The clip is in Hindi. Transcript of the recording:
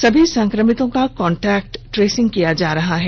सभी संक्रमितों का कांटेक्ट ट्रेसिंग किया जा रहा है